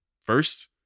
First